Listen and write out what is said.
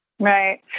Right